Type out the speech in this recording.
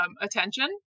attention